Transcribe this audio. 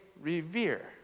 revere